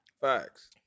Facts